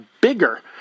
bigger